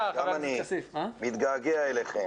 אני מתגעגע אליכם,